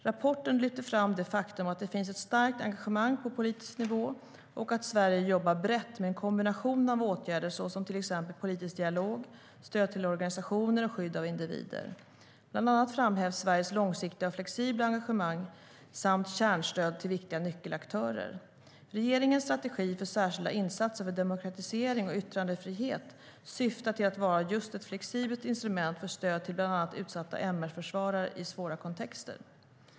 Rapporten lyfter fram det faktum att det finns ett starkt engagemang på politisk nivå och att Sverige jobbar brett med en kombination av åtgärder såsom till exempel politisk dialog, stöd till organisationer och skydd av individer. Bland annat framhävs Sveriges långsiktiga och flexibla engagemang samt kärnstöd till viktiga nyckelaktörer. Regeringens strategi för särskilda insatser för demokratisering och yttrandefrihet syftar till att vara just ett flexibelt instrument för stöd till bland annat utsatta MR-försvarare i svåra kontexter.